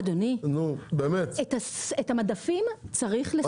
אדוני, את המדפים צריך לסדר,